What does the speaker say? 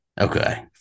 Okay